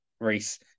Reese